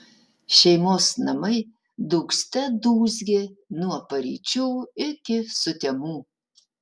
šeimos namai dūgzte dūzgė nuo paryčių iki sutemų